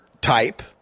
type